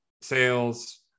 sales